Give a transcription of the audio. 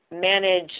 manage